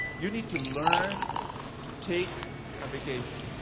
you need to learn to take a vacation.